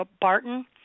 Barton